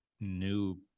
new